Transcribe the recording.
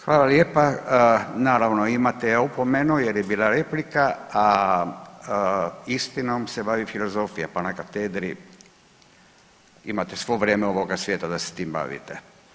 Hvala lijepa, naravno imate opomenu jer je bila replika, a istinom se bavi filozofija pa na katedri imate svo vrijeme ovoga svijeta da se tim bavite.